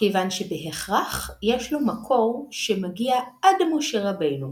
כיוון שבהכרח יש לו מקור שמגיע עד משה רבנו.